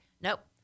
Nope